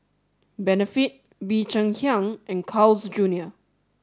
benefit Bee Cheng Hiang and Carl's Junior